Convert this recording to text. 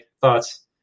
thoughts